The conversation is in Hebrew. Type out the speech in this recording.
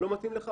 לא מתאים לך?